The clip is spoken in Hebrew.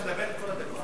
אתה מדבר את כל הדקות?